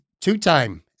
two-time